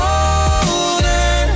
older